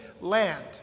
land